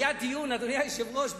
אדוני היושב-ראש,